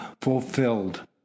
fulfilled